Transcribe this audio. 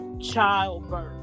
childbirth